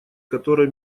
которое